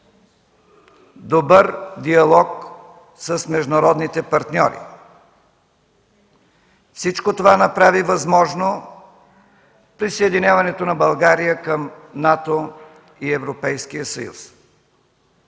добър диалог с международните партньори. Всичко това направи възможно присъединяването на България към НАТО и Европейския съюз.